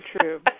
true